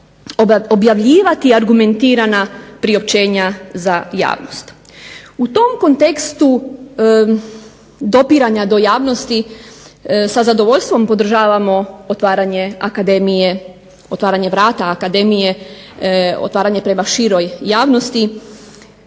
objavljivati argumentirana priopćenja za javnost. U tom kontekstu dopiranja do javnosti sa zadovoljstvom podržavamo otvaranje akademije, otvaranja vrata akademije, otvaranje prema široj javnosti,